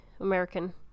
American